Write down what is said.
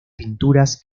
pinturas